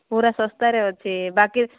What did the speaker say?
ପୁରା ଶସ୍ତାରେ ଅଛି ବାକି